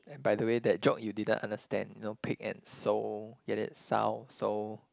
and by the way that joke you didn't understand you know pig and sew get it sow sew